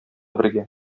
бергә